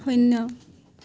শূন্য